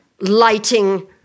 lighting